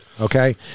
Okay